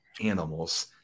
animals